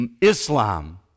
Islam